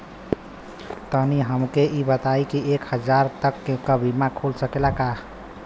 तनि हमके इ बताईं की एक हजार तक क बीमा खुल सकेला का?